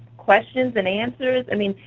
questions and answers. i mean,